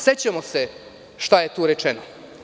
Sećamo se šta je tu rečeno.